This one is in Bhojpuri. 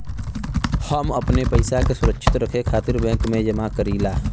हम अपने पइसा के सुरक्षित रखे खातिर बैंक में जमा करीला